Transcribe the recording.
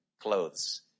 clothes